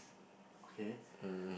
okay